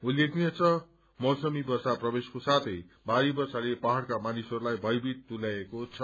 उल्लेखनीय छ मनसून प्रवेशको साथै भारी वर्षाले पहाइका मानिसहस्लाई भयभीत तुल्याएको छ